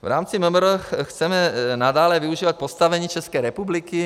V rámci MMR chceme nadále využívat postavení České republiky.